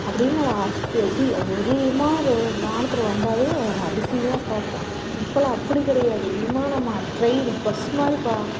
அப்படின்னு நம்ம ஆஸ்தி சி ஒரு விமானம் வானத்தில் வந்தாவே அவ்வளோதான் அதிசயமாக பார்ப்போம் இப்போல்லாம் அப்படி கிடையாது விமானமாக டிரெயின் பஸ் மாதிரி இப்போ